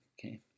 Okay